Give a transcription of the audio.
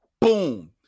boom